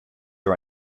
are